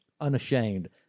unashamed